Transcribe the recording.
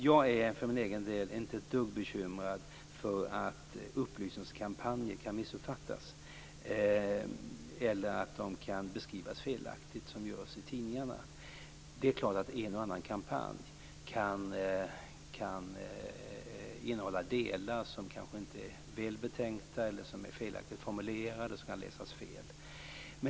Jag är för min egen del inte ett dugg bekymrad för att upplysningskampanjer kan missuppfattas eller att de kan beskrivas felaktigt, som görs i tidningarna. Det är klart att en och annan kampanj kan innehålla delar som kanske inte är så välbetänkta eller som är felaktigt formulerade och kan läsas fel.